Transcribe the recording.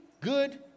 good